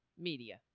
media